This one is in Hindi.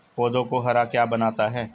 पौधों को हरा क्या बनाता है?